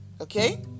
okay